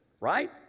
Right